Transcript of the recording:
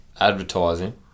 advertising